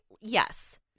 Yes